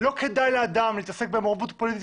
לא כדאי לאדם להתעסק במעורבות פוליטית